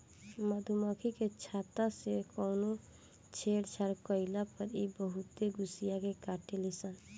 मधुमखी के छत्ता से कवनो छेड़छाड़ कईला पर इ बहुते गुस्सिया के काटेली सन